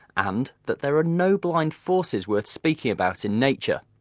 and that there are no blind forces worth speaking about in nature.